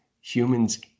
humans